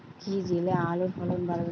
কী দিলে আলুর ফলন বাড়বে?